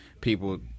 people